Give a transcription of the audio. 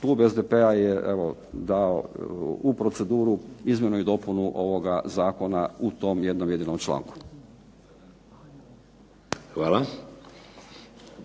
klub SDP-a je evo dao u proceduru izmjenu i dopunu ovoga zakona u tom jednom jedinom članku. **Šeks, Vladimir (HDZ)** Hvala.